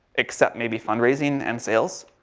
except maybe fund raising and sales.